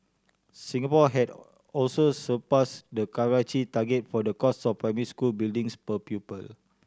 Singapore had also surpassed the Karachi target for the cost of primary school buildings per pupil